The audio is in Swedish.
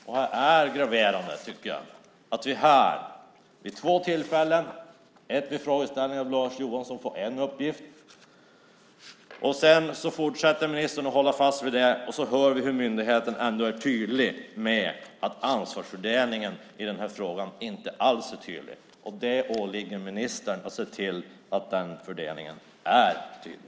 Jag tycker att det är graverande att vi här vid två tillfällen får denna uppgift, först i svaret på Lars Johanssons fråga och sedan när ministern fortsätter att hålla fast vid den, samtidigt som myndigheten är tydlig med att ansvarsfördelningen i frågan inte alls är tydlig. Det åligger ministern att se till att denna fördelning är tydlig.